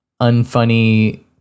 unfunny